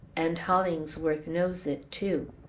and hollingsworth knows it, too.